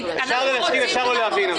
אפשר לא להסכים ואפשר לא להבין.